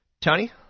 Tony